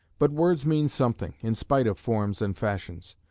but words mean something, in spite of forms and fashions.